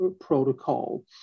protocol